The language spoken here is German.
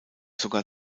sogar